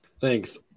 Thanks